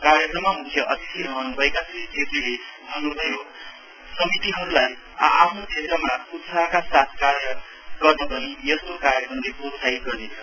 कार्यक्रममा मुख्य अतिथि रहनु भएका श्री छेत्रीले भन्नुभयो समितिहरुलाई आ आफ्ना क्षेत्रमा उत्साहका साथ काम गर्न पनि यस्तो कार्यक्रमले प्रोत्साहित गर्नेछ